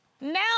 now